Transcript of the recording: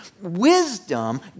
Wisdom